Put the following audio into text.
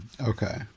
Okay